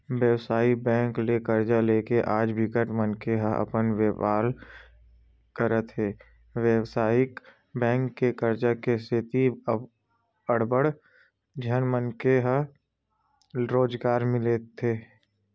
बेवसायिक बेंक ले करजा लेके आज बिकट मनखे ह अपन बेपार करत हे बेवसायिक बेंक के करजा के सेती अड़बड़ झन मनखे ल रोजगार मिले हे